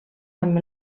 amb